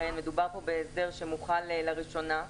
מדובר בהסדר שמוחל לראשונה,